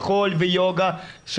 מחול ויוגה,